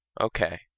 Okay